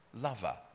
Lover